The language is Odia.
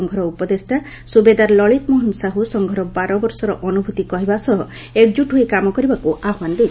ସଂଘର ଉପଦେଷା ସୁବେଦାର ଲଳିତ ମୋହନ ସାହୁ ସଂଘର ବାର ବର୍ଷର ଅନୁଭୁତି କହୀବା ସହ ଏକଜୁଟ ହୋଇ କାମ କରିବାକୁ ଆହ୍ବାନ କରିଥିଲେ